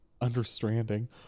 understanding